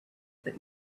that